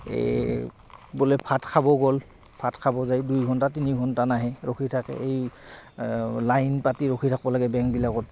এই বোলে ভাত খাব গ'ল ভাত খাব যায় দুই ঘণ্টা তিনি ঘণ্টা নাহে ৰখি থাকে এই লাইন পাতি ৰখি থাকিব লাগে বেংকবিলাকত